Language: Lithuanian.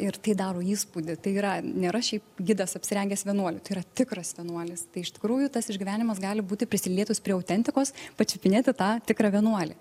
ir tai daro įspūdį tai yra nėra šiaip gidas apsirengęs vienuoliu tai yra tikras vienuolis tai iš tikrųjų tas išgyvenimas gali būti prisilietus prie autentikos pačiupinėti tą tikrą vienuolį